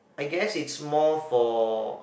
I guess it's more for